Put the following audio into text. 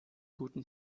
guten